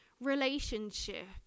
relationship